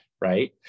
right